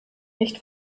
nicht